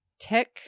tech